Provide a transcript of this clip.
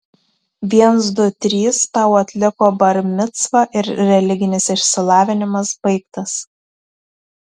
viens du trys tau atliko bar micvą ir religinis išsilavinimas baigtas